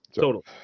Total